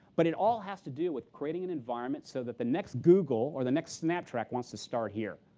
but it all has to do with creating an environment so that the next google or the next snaptrack wants to start here.